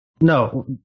No